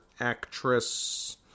actress